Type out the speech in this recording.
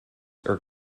are